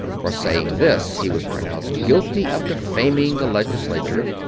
for saying this he was pronounced guilty of defaming the legislature,